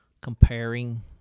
comparing